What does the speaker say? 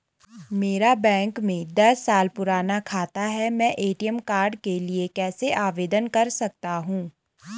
मेरा बैंक में दस साल पुराना खाता है मैं ए.टी.एम कार्ड के लिए कैसे आवेदन कर सकता हूँ?